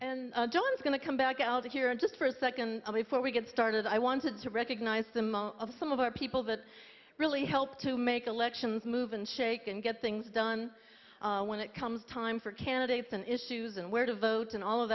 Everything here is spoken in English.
jones going to come back out here and just for a second before we get started i wanted to recognize the mo of some of our people that really help to make elections move and shake and get things done when it comes time for candidates and issues and where to vote and all of